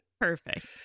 perfect